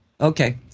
Okay